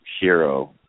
hero